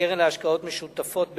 וקרן להשקעות משותפות בנאמנות.